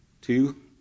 two